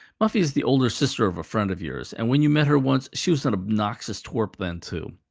muffy is the older sister of a friend of yours, and when you met her once, she was an obnoxious twerp then too.